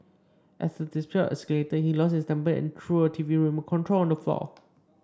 as the dispute escalated he lost his temper and threw a T V remote control on the floor